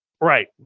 Right